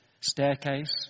Staircase